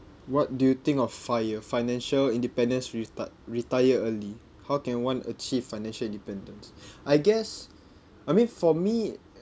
what do you think of fi~ financial independence reti~ retire early how can one achieve financial independence I guess I mean for me